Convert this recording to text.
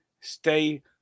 stay